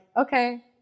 okay